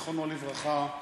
זיכרונו לברכה,